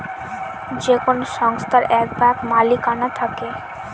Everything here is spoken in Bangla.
যে কোনো সংস্থার এক ভাগ মালিকানা থাকে